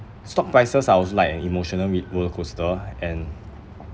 stock prices are also like an emotional me~ roller coaster and